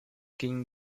gingen